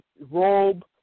robe